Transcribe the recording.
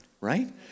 right